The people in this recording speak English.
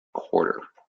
quarter